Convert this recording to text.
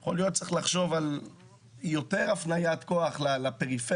יכול להיות שצריך לחשוב על יותר הפניית כוח לפריפריה,